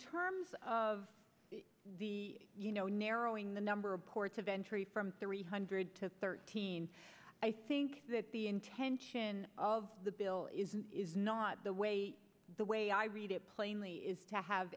terms of the you know narrowing the number of ports of entry from three hundred to thirteen i think that the intention of the bill is not the way the way i read it plainly is to have